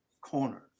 corners